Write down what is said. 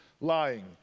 lying